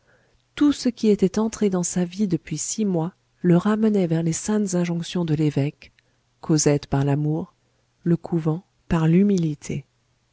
tout ce qui était entré dans sa vie depuis six mois le ramenait vers les saintes injonctions de l'évêque cosette par l'amour le couvent par l'humilité